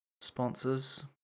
sponsors